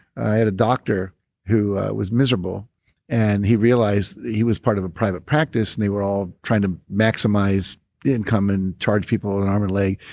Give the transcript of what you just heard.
i had a doctor who was miserable and he realized that he was part of a private practice and they were all trying to maximize income and charge people an arm and a